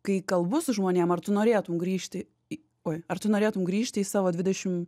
kai kalbu su žmonėm ar tu norėtum grįžti i oi ar tu norėtum grįžti į savo dvidešim